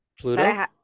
Pluto